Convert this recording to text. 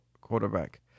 quarterback